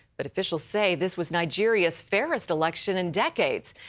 but officials say this was nigeria's fairest election in decades.